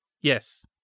Yes